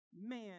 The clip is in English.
man